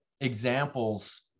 examples